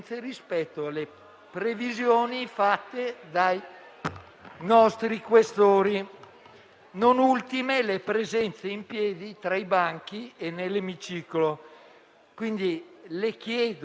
È inutile poi fare il ricambio d'aria, se poi ci sputiamo addosso. Quindi, tutti coloro che sono in più devono uscire dall'Aula e votare da altri spazi.